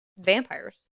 vampires